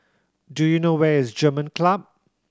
do you know where is German Club